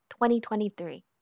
2023